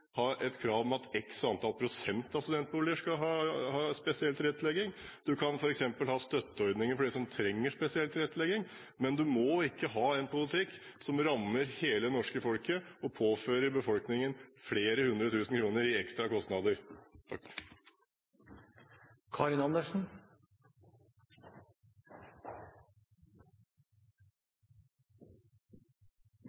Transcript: ha et krav om at x antall prosent av studentboligene skal ha spesiell tilrettelegging. Du kan f.eks. ha støtteordninger for dem som trenger spesiell tilrettelegging, men du må ikke ha en politikk som rammer hele det norske folk og påfører den norske befolkningen flere hundre tusen kroner i ekstra kostnader.